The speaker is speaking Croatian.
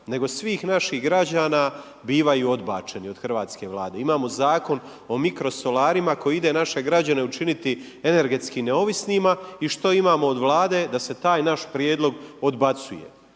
nego svih naših građana bivaju odbačeni od hrvatske Vlade. Imamo zakon o mikrosolarima koji ide naše građane učiniti energetski neovisnima. I što imamo od Vlade da se taj naš prijedlog odbacuje.